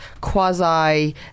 quasi